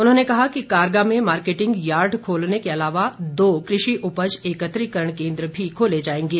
उन्होंने कहा कि कारगा में मार्केटिंग यार्ड खोलने के अलावा दो कृषि उपज एकत्रिकरण केन्द्र भी खोले जाएंगे